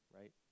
right